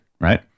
right